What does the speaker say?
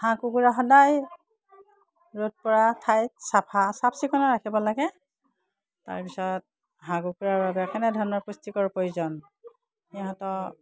হাঁহ কুকুৰা সদায় ৰ'দ পৰা ঠাইত চাফা চাফ চিকুণাই ৰাখিব লাগে তাৰপিছত হাঁহ কুকুুৰাৰ বাবে কেনেধৰণৰ পুষ্টিকৰ প্ৰয়োজন সিহঁতক